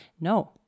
No